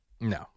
No